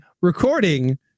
recording